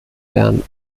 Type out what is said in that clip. bern